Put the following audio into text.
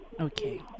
Okay